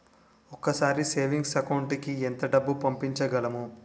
ఒకేసారి savings account కి ఎంత డబ్బు పంపించగలము?